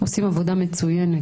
שהם עושים עבודה מצוינת,